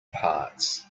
parts